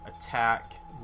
attack